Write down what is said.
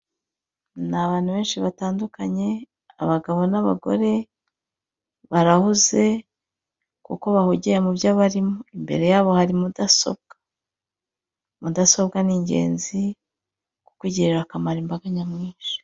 Ni abantu benshi batandukanye, abagabo n'abagore, barahuze kuko bahugiye mubyo bari mo, imbere yabo hari mudasobwa, mudasobwa ni ingenzi kuko igirira akamaro imbaga nyamwinshi.